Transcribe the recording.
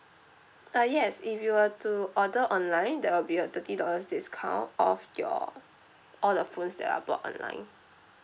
uh yes if you were to order online there will be a thirty dollars discount off your all the phones that are bought online